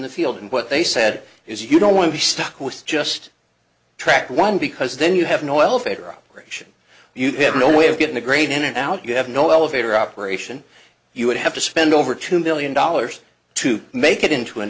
the field and what they said is you don't want to be stuck with just track one because then you have an oil fader operation you have no way of getting a grade in and out you have no elevator operation you would have to spend over two million dollars to make it into an